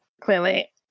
clearly